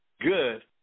Good